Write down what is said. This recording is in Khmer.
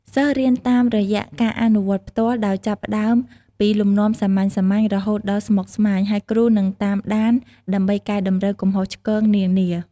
សិស្សរៀនតាមរយៈការអនុវត្តផ្ទាល់ ដោយចាប់ផ្តើមពីលំនាំសាមញ្ញៗ រហូតដល់ស្មុគស្មាញ ហើយគ្រូនឹងតាមដាន ដើម្បីកែតម្រូវកំហុសឆ្គងនានា។